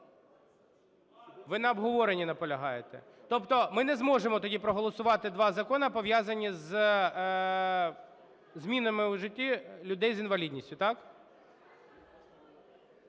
Ви на обговорені наполягаєте? Тобто, ми тоді не зможемо проголосувати два закони, пов'язані з змінами у житті людей з інвалідністю, так?